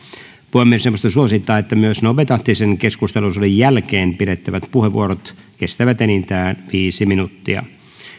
puhemiesneuvosto suosittaa että myös nopeatahtisen keskusteluosuuden jälkeen pidettävät puheenvuorot kestävät enintään viisi minuuttia